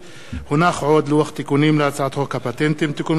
לוח תיקונים להצעת חוק הפטנטים (תיקון מס' 10),